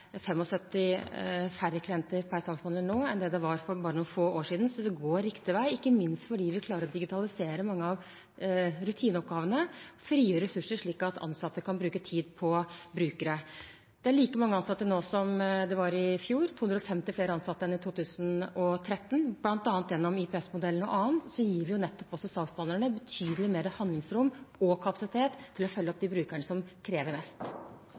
færre klienter per saksbehandler nå enn det var for bare noen få år siden. Det går riktig vei, ikke minst fordi vi klarer å digitalisere mange av rutineoppgavene og frigjøre ressurser slik at ansatte kan bruke tid på brukere. Det er like mange ansatte nå som det var i fjor, og 250 flere ansatte enn i 2013. Gjennom IPS-modellen og annet gir vi saksbehandlerne betydelig mer handlingsrom og kapasitet til å følge opp de brukerne som krever mest.